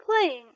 Playing